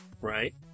Right